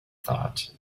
thought